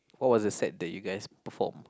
what was the set that you guys perform